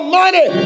money